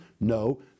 No